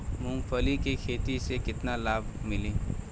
मूँगफली के खेती से केतना लाभ मिली?